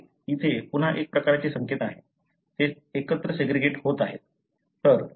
ते येथे पुन्हा एक प्रकारचे संकेत आहे ते एकत्र सेग्रीगेट होत आहेत